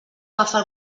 agafar